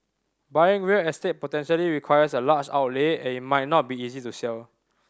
buying real estate potentially requires a large outlay and it might not be easy to sell